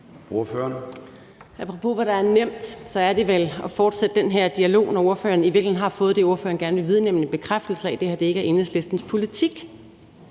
Apropos hvad der er nemt, så er det vel at fortsætte den her dialog, når fru Pernille Vermund i virkeligheden har fået det, hun gerne ville have, nemlig en bekræftelse af, at det her ikke er Enhedslistens politik.